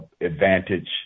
advantage